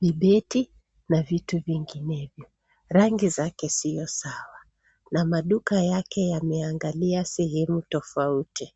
vibeti na vitu vingine. Rangibzake sio sawa na maduka yake yameangalia sehemu tofauti.